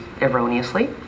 erroneously